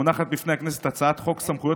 מונחת בפני הכנסת הצעת חוק סמכויות